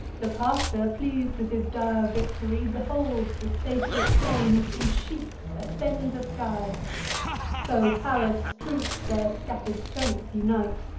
the pastor, pleas'd with his dire victory, beholds the satiate flames in sheets ascend the sky so pallas' troops their scatter'd strength unite,